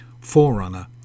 Forerunner